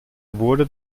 wurde